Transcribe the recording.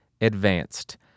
advanced